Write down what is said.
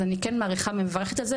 אז אני כן מעריכה ומברכת על זה,